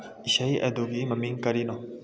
ꯏꯁꯩ ꯑꯗꯨꯒꯤ ꯃꯃꯤꯡ ꯀꯔꯤꯅꯣ